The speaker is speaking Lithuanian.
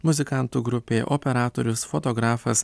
muzikantų grupė operatorius fotografas